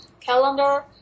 calendar